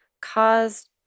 caused